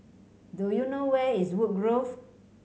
do you know where is Woodgrove